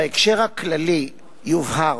בהקשר הכללי יובהר